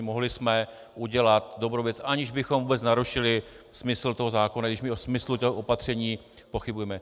Mohli jsme udělat dobrou věc, aniž bychom vůbec narušili smysl toho zákona, o jehož smyslu toho opatření pochybujeme.